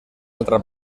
altra